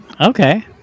Okay